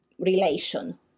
relation